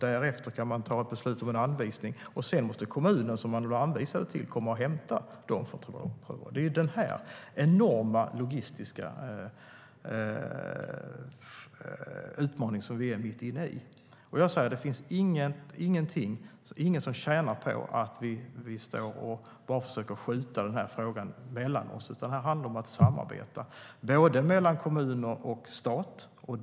Därefter kan man ta beslut om en anvisning, och sedan måste kommunen som personerna blir anvisade till komma och hämta dem. Det är denna enorma logistiska utmaning som vi är mitt inne i. Det finns ingen som tjänar på att vi bara försöker skjuta den här frågan mellan oss, utan här handlar det om att samarbeta mellan kommuner och stat.